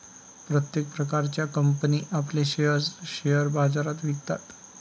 प्रत्येक प्रकारच्या कंपनी आपले शेअर्स शेअर बाजारात विकतात